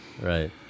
Right